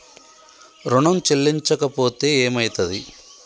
ఋణం చెల్లించకపోతే ఏమయితది?